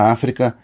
África